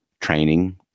training